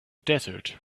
desert